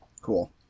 Cool